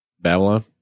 Babylon